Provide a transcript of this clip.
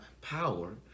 power